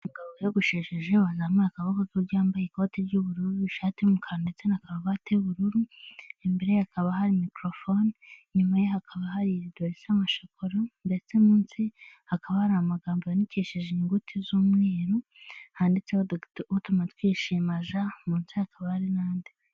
Umugabo wiyogoshesheje wazamuye akaboko, wambaye ikoti ry'ubururu n'ishati y'umukara ndetse na karuvati y'ubururu, imbere hakaba hari mikorofone, inyuma ye hakaba hari dolise y'amashokora ndetse munsi hakaba hari amagambo yandikishije inyuguti z'umweru, handitseho Dogita Utumatwishima Ja, munsi hakaba hari n'undi.